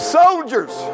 soldiers